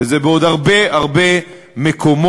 וזה בעוד הרבה הרבה מקומות,